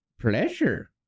pleasure